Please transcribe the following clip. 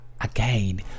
again